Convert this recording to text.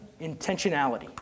intentionality